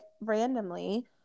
randomly